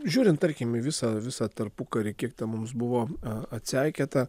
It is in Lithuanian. žiūrint tarkim į visą visą tarpukarį kiek ten mums buvo atseikėta